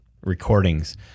recordings